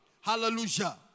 Hallelujah